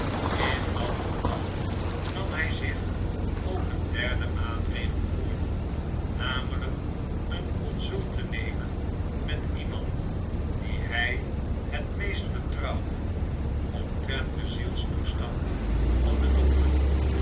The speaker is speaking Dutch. in dat geval nam hi zich ook een derden maatregel voor nameiyk een consult te nemen met iemand dien hy het meest vertrouwde omtrent den zielstoestand van den dokter